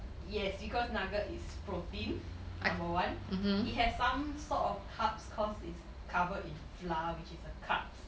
yes because nugget is protein number one it has some sort of carbs because it is covered in flour which is a carbs